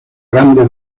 grande